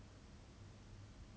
what do you mean by that